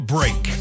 Break